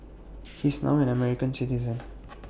he is now an American citizen